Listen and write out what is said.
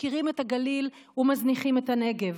מפקירים את הגליל ומזניחים את הנגב.